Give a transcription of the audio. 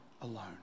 alone